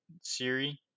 Siri